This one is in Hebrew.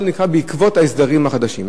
והכול קרה בעקבות ההסדרים החדשים.